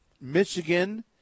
Michigan